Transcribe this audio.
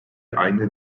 aynı